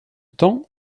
temps